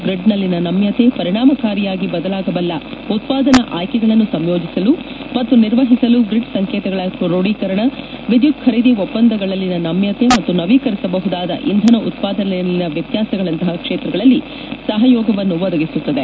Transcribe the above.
ಗ್ರಿಡ್ನಲ್ಲಿನ ನಮ್ಖತೆ ಪರಿಣಾಮಕಾರಿಯಾಗಿ ಬದಲಾಗಬಲ್ಲ ಉತ್ಪಾದನಾ ಆಯ್ಲೆಗಳನ್ನು ಸಂಯೋಜಿಸಲು ಮತ್ತು ನಿರ್ವಹಿಸಲು ರಿಡ್ ಸಂಕೇತಗಳ ಕ್ರೋಢಿಕರಣ ವಿದ್ಯುತ್ ಖರೀದಿ ಒಪ್ಪಂದಗಳಲ್ಲಿನ ನಮ್ಕತೆ ಮತ್ತು ನವೀಕರಿಸಬಹುದಾದ ಇಂಧನ ಉತ್ಪಾದನೆಯಲ್ಲಿನ ವ್ಯತ್ಯಾಸಗಳಂತಹ ಕ್ಷೇತ್ರಗಳಲ್ಲಿ ಸಹಯೋಗವನ್ನು ಒದಗಿಸುತ್ತದೆ